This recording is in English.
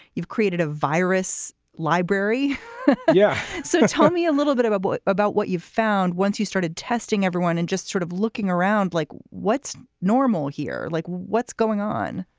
you've created a virus library yeah. so tell me a little bit of a bit about what you've found once you started testing everyone and just sort of looking around like what's normal here? like what's going on?